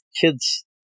kids